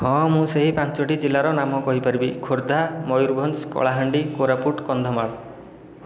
ହଁ ମୁଁ ସେ ପାଞ୍ଚଟି ଜିଲ୍ଲାର ନାମ କହିପାରିବି ଖୋର୍ଦ୍ଧା ମୟୁରଭଞ୍ଜ କଳାହାଣ୍ଡି କୋରାପୁଟ କନ୍ଧମାଳ